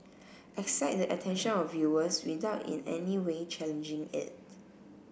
excite the attention of viewers without in any way challenging it